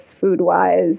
food-wise